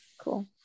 cool